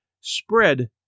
spread